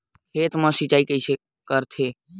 खेत मा सिंचाई कइसे करथे?